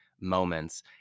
moments